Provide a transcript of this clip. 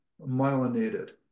myelinated